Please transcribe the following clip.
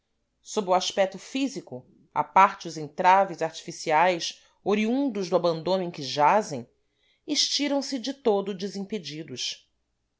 sob o aspeto físico à parte os entraves artificiais oriundos do abandono em que jazem estiram se de todo desimpedidos